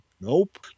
Nope